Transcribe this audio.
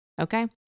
Okay